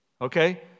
Okay